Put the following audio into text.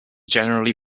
generally